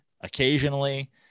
occasionally